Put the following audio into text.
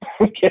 Okay